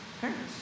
parents